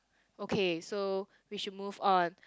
okay so we should move on